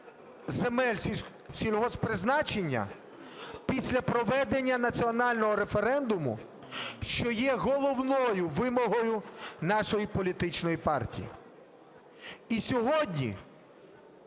земель сільгосппризначення після проведення національного референдуму, що є головною вимогою нашої політичної партії. І сьогодні